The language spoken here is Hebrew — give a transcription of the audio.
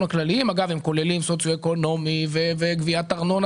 הכלליים אגב הם כוללים מעמד סוציו-אקונומי וגביית ארנונה